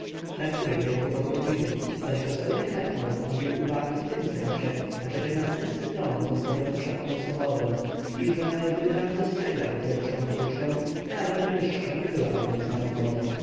dla której nie ukrywał podziwu zaś dostojny herbor robił uwagi w tym sensie ażeby następcy tronu zostawiono wszelką swobodę i że gdyby ramzes przegrał pierwszą potyczkę rada najwyższa nie byłaby tem zmartwioną